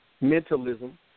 mentalism